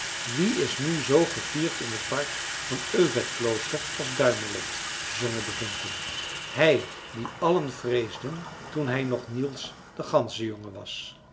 wie is nu zoo gevierd in t park van övedklooster als duimelot zongen de vinken hij dien allen vreesden toen hij nog niels de ganzenjongen was